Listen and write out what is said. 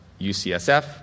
UCSF